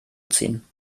ziehen